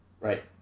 Right